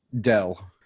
dell